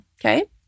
okay